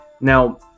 Now